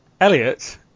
Elliot